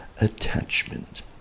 attachment